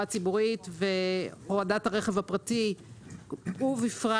ציבורית בכלל והורדת הרכב הפרטי ובפרט,